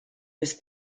was